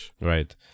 Right